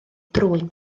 drwyn